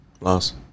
Loss